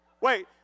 Wait